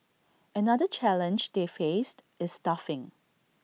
another challenge they faced is staffing